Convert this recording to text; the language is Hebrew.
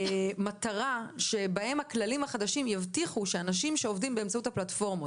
במטרה שבה הכללים החדשים יבטיחו שאנשים שעובדים באמצעות הפלטפורמות